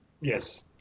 Yes